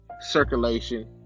circulation